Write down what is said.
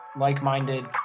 like-minded